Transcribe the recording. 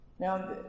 Now